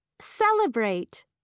Celebrate